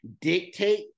dictate